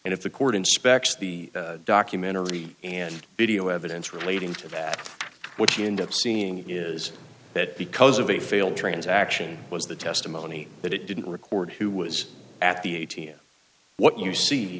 and if the court inspects the documentary and video evidence relating to that what you end up seeing is that because of a failed transaction was the testimony that it didn't record who was at